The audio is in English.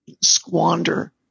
squander